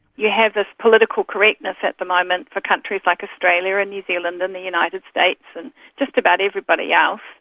you have this political correctness at the moment for countries like australia and new zealand and the united states and just about everybody yeah